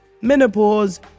menopause